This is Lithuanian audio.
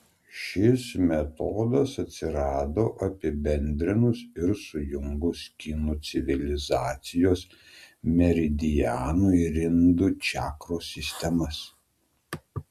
šis metodas atsirado apibendrinus ir sujungus kinų civilizacijos meridianų ir indų čakros sistemas